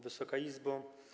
Wysoka Izbo!